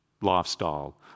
lifestyle